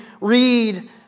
read